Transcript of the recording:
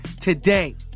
today